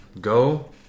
go